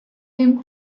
him